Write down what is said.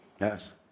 Yes